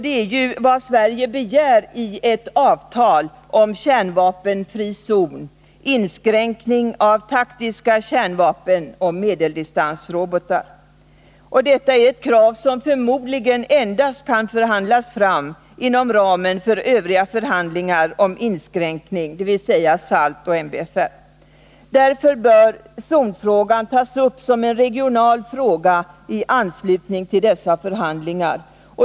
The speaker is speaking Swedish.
Det är ju vad Sverige begär i ett avtal om kärnvapenfri zon och inskränkning av taktiska kärnvapen och medeldistansrobotar. Detta är ett krav som förmodligen endast kan förhandlas fram inom ramen för övriga förhandlingar om inskränkning, dvs. SALT och MBFR. Därför bör zonfrågan tas upp som en regional fråga i anslutning till dessa förhandlingar.